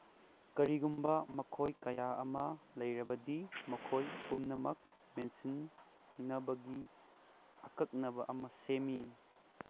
ꯀꯔꯤꯒꯨꯝꯕ ꯃꯈꯣꯏ ꯀꯌꯥ ꯑꯃ ꯂꯩꯔꯕꯗꯤ ꯃꯈꯣꯏ ꯄꯨꯝꯅꯃꯛ ꯃꯦꯟꯁꯤꯟꯅꯕꯒꯤ ꯑꯀꯛꯅꯕ ꯑꯃ ꯁꯦꯝꯃꯤ